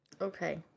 Okay